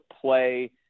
play